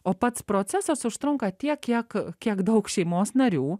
o pats procesas užtrunka tiek kiek kiek daug šeimos narių